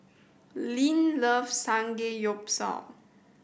Linn loves Samgeyopsal